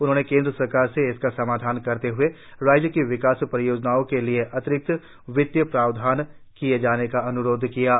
उन्होंने केंद्र सरकार से इसका समाधान करते हुए राज्य की विकास परियोजनाओं के लिए अतिरिक्त वित्तीय प्रावधान किए जाने का अन्रोध किया है